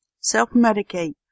self-medicate